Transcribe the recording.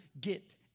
get